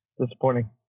Disappointing